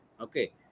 okay